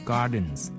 Gardens